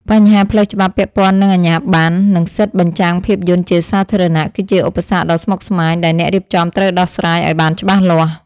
បញ្ហាផ្លូវច្បាប់ពាក់ព័ន្ធនឹងអាជ្ញាបណ្ណ និងសិទ្ធិបញ្ចាំងភាពយន្តជាសាធារណៈ គឺជាឧបសគ្គដ៏ស្មុគស្មាញដែលអ្នករៀបចំត្រូវដោះស្រាយឱ្យបានច្បាស់លាស់។